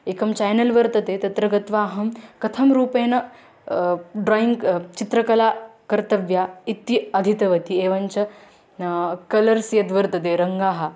एकं चेनल् वर्तते तत्र गत्वा अहं कथं रूपेण ड्रायिङ्ग् चित्रकला कर्तव्या इत्ति अधीतवती एवञ्च कलर्स् यद्वर्तते रङ्गाः